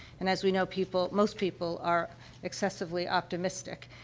and as we know, people most people are excessively optimistic.